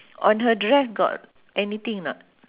on her dress got anything or not